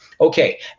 Okay